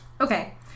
Okay